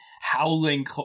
howling